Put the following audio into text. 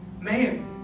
man